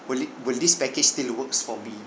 will it will this package still works for me